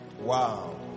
Wow